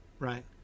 Right